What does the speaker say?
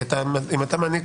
כי אם אתה מעניק